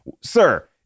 sir